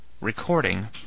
Recording